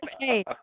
hey